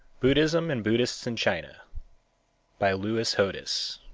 buddhism and buddhists in china by lewis hodous,